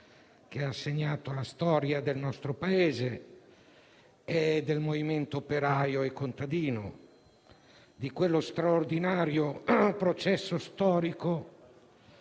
che ha segnato la storia del nostro Paese, del movimento operaio e contadino e di quello straordinario processo storico